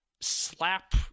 slap